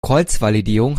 kreuzvalidierung